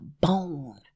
bone